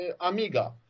Amiga